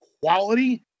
Quality